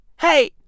Hey